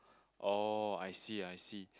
orh I see I see